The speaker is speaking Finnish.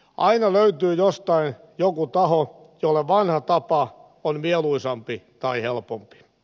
aina löytyy jostain joku taho jolle vanha tapa on mieluisampi tai helpompi